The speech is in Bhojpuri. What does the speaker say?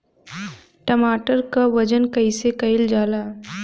टमाटर क वजन कईसे कईल जाला?